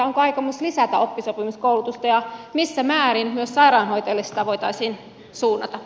onko aikomus lisätä oppisopimuskoulutusta ja missä määrin myös sairaanhoitajille sitä voitaisiin suunnata